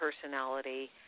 personality